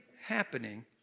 happening